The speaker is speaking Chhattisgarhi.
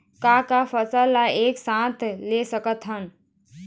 का का फसल ला एक साथ ले सकत हन?